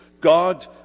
God